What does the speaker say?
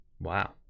Wow